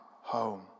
home